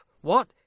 What